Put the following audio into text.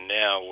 now